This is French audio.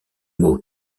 mot